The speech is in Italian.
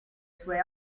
sue